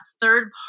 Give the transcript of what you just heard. third